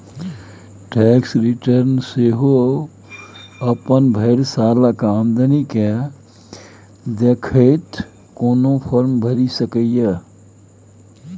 tax return सेहो अपन भरि सालक आमदनी केँ देखैत कोनो फर्म भरि सकैए